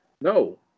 No